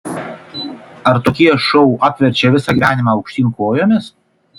ar tokie šou apverčia visą gyvenimą aukštyn kojomis